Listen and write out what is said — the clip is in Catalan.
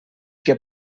que